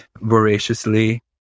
voraciously